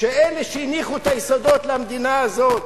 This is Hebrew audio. שאלה שהניחו את היסודות למדינה הזאת,